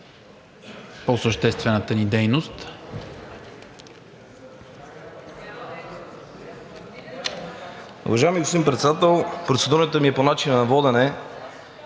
по-съществената ни дейност.